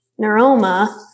neuroma